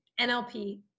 NLP